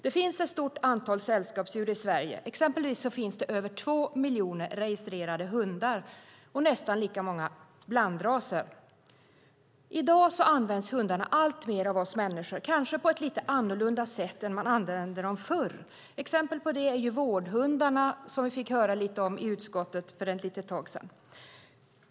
Det finns ett stort antal sällskapsdjur i Sverige. Exempelvis finns det över 2 miljoner registrerade rashundar och nästan lika många blandraser. I dag används hundarna alltmer av oss människor, kanske på ett lite annorlunda sätt än förr. Ett exempel på det är vårdhundarna, som vi fick höra lite om i utskottet för ett litet tag sedan.